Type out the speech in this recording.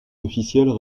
officielles